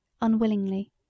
unwillingly